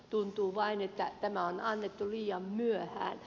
tuntuu vain että tämä on annettu liian myöhään